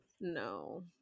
No